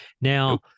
Now